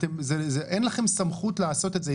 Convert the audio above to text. אין לכם סמכות לעשות את זה,